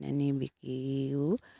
বিকিও